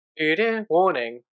warning